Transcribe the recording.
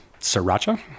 Sriracha